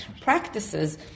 practices